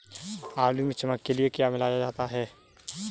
आलू में चमक के लिए क्या मिलाया जाता है?